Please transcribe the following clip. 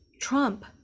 trump